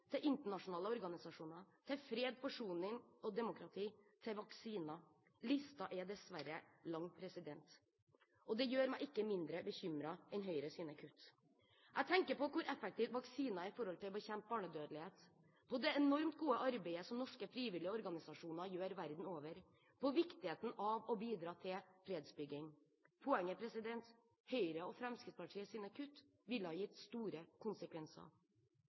til internasjonale organisasjoner, fred, forsoning, demokrati og vaksiner – listen er dessverre lang. Og det gjør meg ikke mindre bekymret enn Høyre sine kutt. Jeg tenker på hvor effektivt vaksiner er når det gjelder å bekjempe barnedødelighet, på det enormt gode arbeidet som norske frivillige organisasjoner gjør verden over, på viktigheten av å bidra til fredsbygging. Poenget er at Høyre og Fremskrittspartiets kutt ville ha gitt store konsekvenser.